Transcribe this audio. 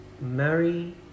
marry